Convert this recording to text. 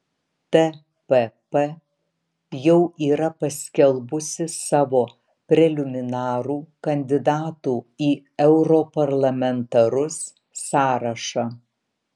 tpp jau yra paskelbusi savo preliminarų kandidatų į europarlamentarus sąrašą